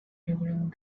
during